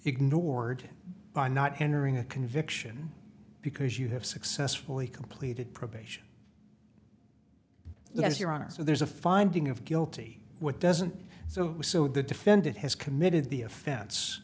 ignored by not entering a conviction because you have successfully completed probation yes your honor so there's a finding of guilty what doesn't so so the defendant has committed the offen